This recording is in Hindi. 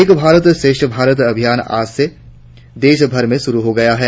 एक भारत श्रेष्ठ भारत अभियान आज देश भर में शुरु हो गया है